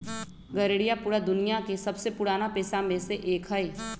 गरेड़िया पूरा दुनिया के सबसे पुराना पेशा में से एक हई